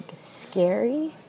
scary